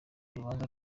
urubanza